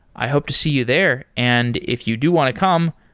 i hope to see you there. and if you do want to come,